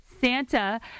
Santa